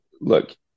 look